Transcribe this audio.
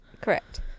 correct